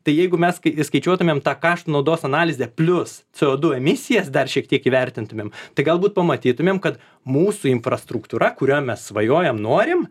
tai jeigu mes kaip beskaičiuotumėm tą kaštų naudos analizę plius c o du emisijas dar šiek tiek įvertintumėm tai galbūt pamatytumėm kad mūsų infrastruktūra kurią mes svajojam norim